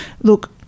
look